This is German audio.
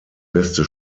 beste